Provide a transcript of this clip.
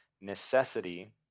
necessity